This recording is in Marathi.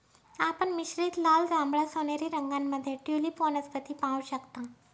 आपण मिश्रित लाल, जांभळा, सोनेरी रंगांमध्ये ट्यूलिप वनस्पती पाहू शकता